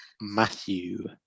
Matthew